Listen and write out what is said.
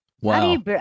Wow